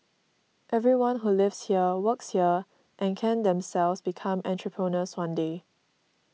everyone who lives here works here and can themselves become entrepreneurs one day